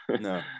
No